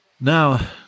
Now